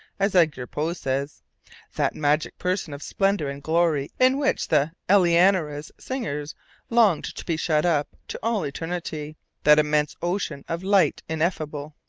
as edgar poe says that magic person of splendour and glory in which the eleanora's singer longed to be shut up to all eternity that immense ocean of light ineffable.